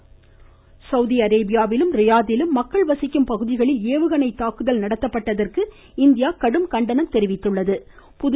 Raveesh Kumar Saudi அரேபியாவிலும் ரியாத்திலும் மக்கள் வசிக்கும் பகுதிகளில் ஏவுகணை தாக்குதல் நடத்தப்பட்டதற்கு இந்தியா கடும் கண்டனம் தெரிவித்துள்ளது